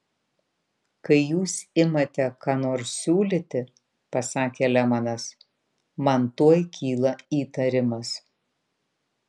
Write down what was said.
kai jūs imate ką nors siūlyti pasakė lemanas man tuoj kyla įtarimas